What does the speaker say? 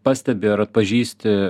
pastebi ir atpažįsti